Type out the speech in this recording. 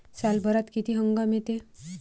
सालभरात किती हंगाम येते?